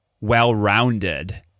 well-rounded